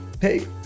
hey